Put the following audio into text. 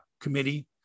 committee